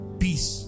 peace